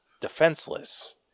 defenseless